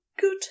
good